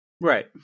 Right